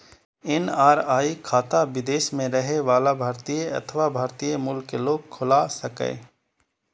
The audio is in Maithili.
एन.आर.आई खाता विदेश मे रहै बला भारतीय अथवा भारतीय मूल के लोग खोला सकैए